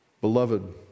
beloved